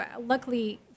luckily